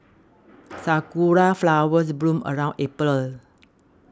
sakura flowers bloom around April